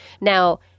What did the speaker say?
Now